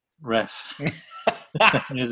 ref